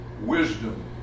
wisdom